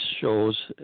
shows